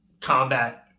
combat